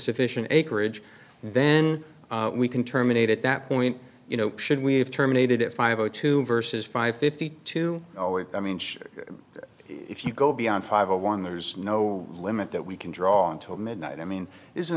sufficient acreage then we can terminate at that point you know should we have terminated at five o two versus five fifty two always i mean if you go beyond five a one there's no limit that we can draw until midnight i mean isn't